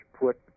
put